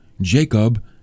Jacob